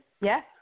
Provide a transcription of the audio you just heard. Yes